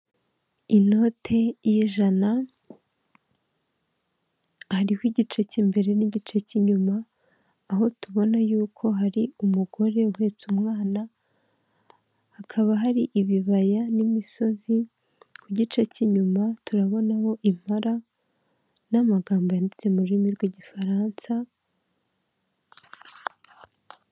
Inote y'ijana hariho igice cy'imbere n'igice cy'inyuma aho tubona yuko hari umugore uhetse umwana hakaba hari ibibaya n'imisozi ku gice cy'inyuma turabonaho impala n'amagambo yanditse mu rurimi rw'igifaransa.